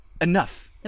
enough